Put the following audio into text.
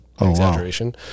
exaggeration